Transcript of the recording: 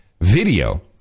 video